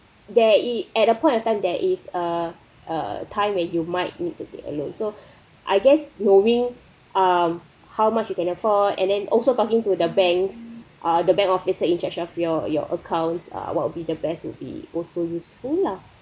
there at a point of time there is a a time where you might need to be a loan so I guess knowing um how much you can afford and and also talking to the banks are the bank officer in charge of your your accounts uh what would be the best will be also useful lah